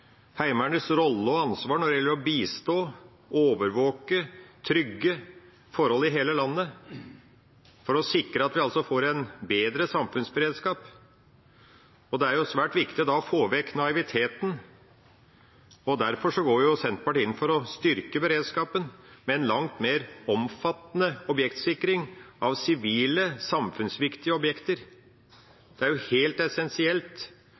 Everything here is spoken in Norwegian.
Heimevernets rolle og ansvar når det gjelder å bistå, overvåke, trygge forhold i hele landet for å sikre at vi får en bedre samfunnsberedskap. Det er svært viktig å få vekk naiviteten, og derfor går Senterpartiet inn for å styrke beredskapen med en langt mer omfattende objektsikring av sivile, samfunnsviktige objekter. Det er helt essensielt